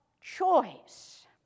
choice